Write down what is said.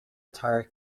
tire